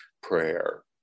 prayer